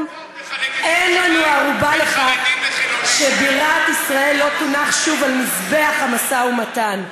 אולם אין לנו ערובה לכך שבירת ישראל לא תונח שוב על מזבח המשא ומתן.